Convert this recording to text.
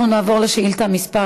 אנחנו נעבור לשאילתה מס'